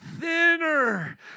thinner